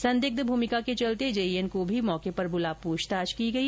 संदिग्ध भूमिका के चलते जेईएन को भी मौके पर बुला पूछताछ की गई